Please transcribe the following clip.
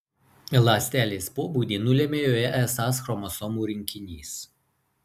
ląstelės pobūdį nulemia joje esąs chromosomų rinkinys